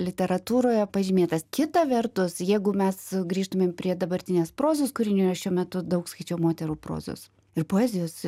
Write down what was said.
literatūroje pažymėtas kita vertus jeigu mes grįžtumėm prie dabartinės prozos kūrinių šiuo metu daug skaičiau moterų prozos ir poezijos